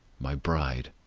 my bride.